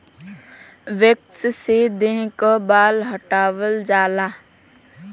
wax से देह क बाल हटावल जाला